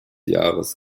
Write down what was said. jahres